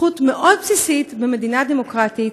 זכות מאוד בסיסית במדינה דמוקרטית,